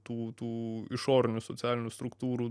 tų tų išorinių socialinių struktūrų